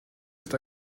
ist